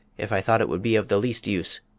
if i thought it would be of the least use!